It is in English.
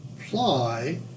apply